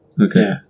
Okay